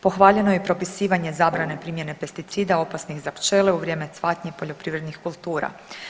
Pohvaljeno je propisivanje zabrane primjene pesticida opasnih za pčele u vrijeme cvatnje poljoprivrednih kultura.